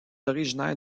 originaire